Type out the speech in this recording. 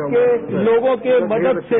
भारत के लोगों की मदद से